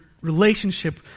relationship